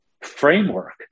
framework